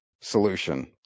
solution